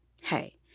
Hey